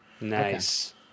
nice